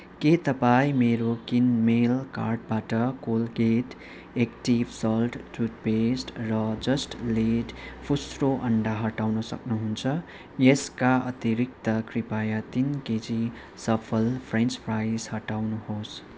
के तपाईँ मेरो किनमेल कार्टबाट कोलगेट एक्टिभ साल्ट टुथपेस्ट र जस्ट लेड फुस्रो अन्डा हटाउन सक्नुहुन्छ यसका अतिरिक्त कृपया तिन केजी सफल फ्रेन्च फ्राइज हटाउनुहोस्